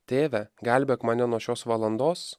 tėve gelbėk mane nuo šios valandos